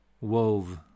wove